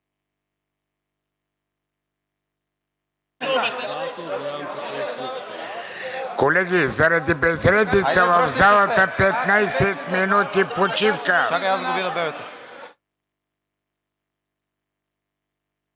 Колеги, заради безредица в залата – 15 минути почивка.